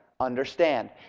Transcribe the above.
understand